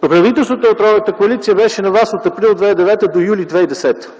Правителството на тройната коалиция беше на власт от април 2009 г. до юли 2010 г.